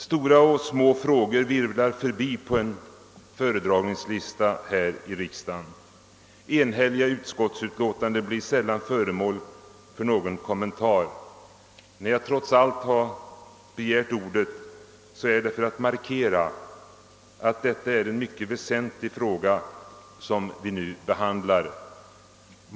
Stora och små frågor virvlar förbi på en föredragningslista här i riksdagen. Enhälliga utskottsutlåtanden blir sällan föremål för någon kommentar. När jag trots allt har begärt ordet är det för att markera att det är en mycket väsentlig fråga vi nu behandlar.